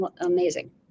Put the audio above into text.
amazing